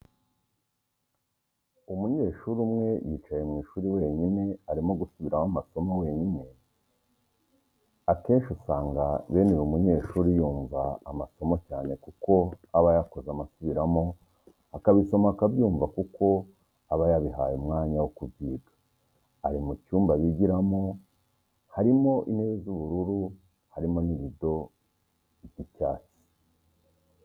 Umunyeshuri umwe yicaye mwishuri wenyine arimo gusubiramo amasomo wenyine akenshi usanga bene uyu munyeshuri yumva amasomo cyane kuko abayakoze amasubiramo akabisoma akabyumva kuko aba yabihaye umwanya wokubyiga. Ari mucyumba bigiramo hariko intebe z'ubururu harimo n'irido ry'icyatsi.